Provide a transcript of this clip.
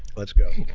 let's go.